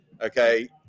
Okay